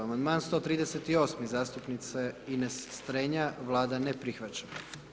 Amandman 138., zastupnice Ines Strenja, Vlada ne prihvaća.